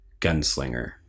gunslinger